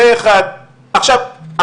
עכשיו,